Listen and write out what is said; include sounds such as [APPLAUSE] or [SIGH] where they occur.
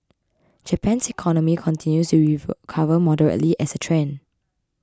Japan's economy continues to [UNINTELLIGIBLE] recover moderately as a trend